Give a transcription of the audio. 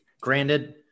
Granted